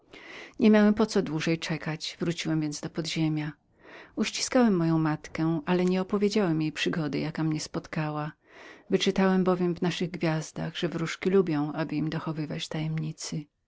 nie miałem po co dłużej czekać wróciłem więc do podziemia uściskałem moją matkę ale nie opowiedziałem jej przygody jaka mnie spotkała wyczytałem bowiem w naszych gazellach że wróżki lubiły aby im dochowywano tajemnicy